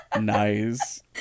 Nice